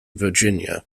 virginia